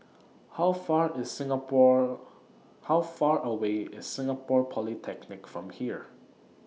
How Far IS Singapore How Far away IS Singapore Polytechnic from here